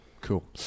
cool